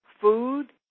food